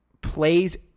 plays